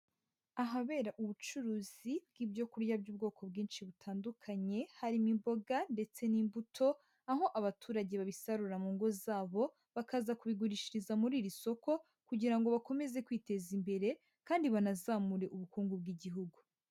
Ahabera ubucuruzi bw'ibyo kurya by'ubwoko bwinshi butandukanye harimo imboga ndetse n'imbuto, aho abaturage babisarura mu ngo zabo, bakaza kubigurishiriza muri iri soko kugira ngo bakomeze kwiteza imbere kandi banazamure ubukungu bw'igihugu.